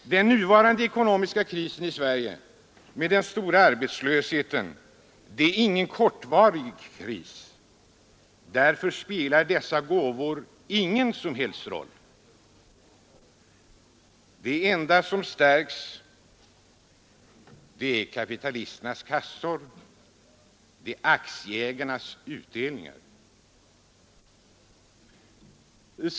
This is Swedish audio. Den nuvarande ekonomiska krisen i Sverige med den stora arbetslösheten är ingen kortvarig kris. Därför spelar dessa gåvor ingen som helst roll. Det enda som stärks är kapitalisternas kassor, det enda som ökar är utdelningarna till aktieägarna.